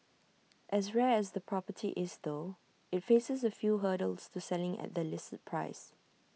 as rare as the property is though IT faces A few hurdles to selling at the listed price